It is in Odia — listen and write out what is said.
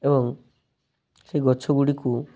ଏବଂ ସେଇ ଗଛ ଗୁଡ଼ିକୁ